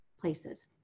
places